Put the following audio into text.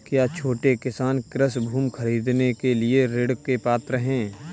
क्या छोटे किसान कृषि भूमि खरीदने के लिए ऋण के पात्र हैं?